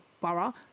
borough